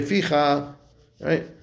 Right